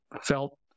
felt